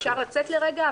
אפשר לצאת לרגע,